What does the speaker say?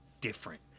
different